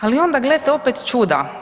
Ali onda gledajte opet čuda.